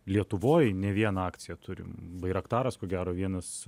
lietuvoj ne vieną akciją turim bairaktaras ko gero vienas